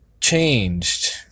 changed